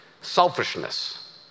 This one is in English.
selfishness